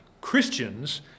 Christians